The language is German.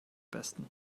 besten